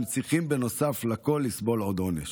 הם צריכים בנוסף לכול לסבול עוד עונש?